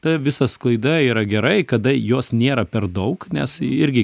ta visa sklaida yra gerai kada jos nėra per daug nes ji irgi